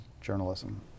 journalism